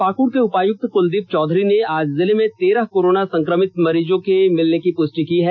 पाक्ड के उपायुक्त क्लदीप चौधरी ने आज जिले में तेरह कोरोना संक्रमित व्यक्ति के मिलने की पुष्टि की है